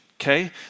Okay